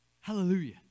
Hallelujah